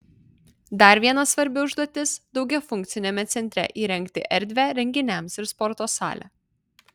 dar viena svarbi užduotis daugiafunkciame centre įrengti erdvę renginiams ir sporto salę